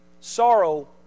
sorrow